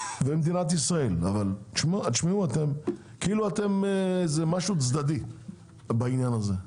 האוצר, אתם כאילו איזה משהו צדדי בעניין הזה.